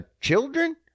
children